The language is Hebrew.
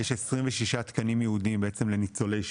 יש 26 תקנים ייעודיים לניצולי שואה.